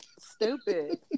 Stupid